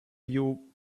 you